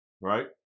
Right